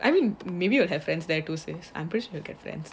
I mean maybe will have friends there too yes I'm pretty sure you'll get friends